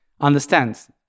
understands